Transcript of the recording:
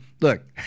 look